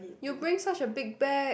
you bring such a big bag